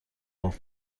خوب